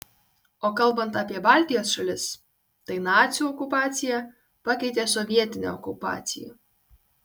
o kalbant apie baltijos šalis tai nacių okupacija pakeitė sovietinę okupaciją